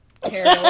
terrible